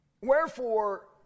Wherefore